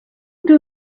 two